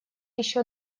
еще